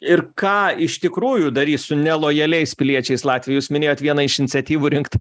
ir ką iš tikrųjų darys su nelojaliais piliečiais latviai jūs minėjot vieną iš iniciatyvų rinkt